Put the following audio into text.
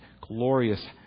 glorious